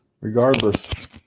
regardless